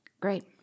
Great